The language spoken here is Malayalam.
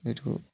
ഒരു